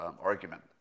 argument